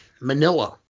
Manila